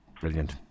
Brilliant